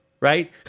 right